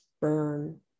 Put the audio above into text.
burn